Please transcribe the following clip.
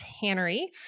Tannery